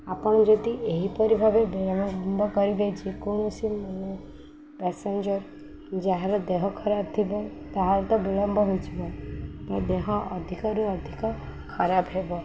ଆପଣ ଯଦି ଏହିପରି ଭାବେ ବିଳମ୍ବ କରିବେ ଯେକୌଣସି ପ୍ୟାସେଞ୍ଜର ଯାହାର ଦେହ ଖରାପ ଥିବ ତାହାର ତ ବିଳମ୍ବ ହୋଇଥିବ ତ ଦେହ ଅଧିକରୁ ଅଧିକ ଖରାପ ହେବ